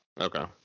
okay